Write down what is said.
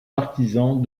partisans